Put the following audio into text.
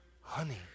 honey